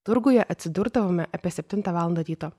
turguje atsidurdavome apie septintą valandą ryto